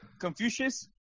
Confucius